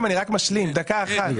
עכשיו רגע, רק ברשותכם, אני רק משלים.